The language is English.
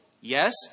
yes